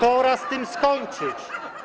Pora z tym skończyć.